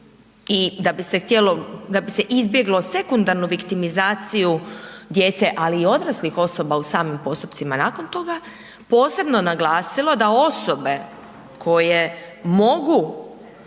i da bi se izbjeglo sekundarnu viktimizaciju djece ali i odraslih osoba u samim postupcima nakon toga, posebno naglasilo da osobe koje mogu